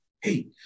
hey